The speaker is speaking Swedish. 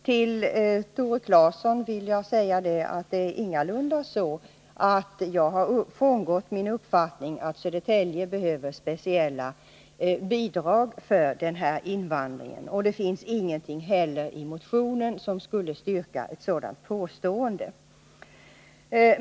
Till Tore Claeson vill jag säga att det ingalunda är så, att jag har frångått min uppfattning att Södertälje behöver speciella bidrag för denna invandring. Det finns inte heller någonting i motionen som styrker ett sådant påstående.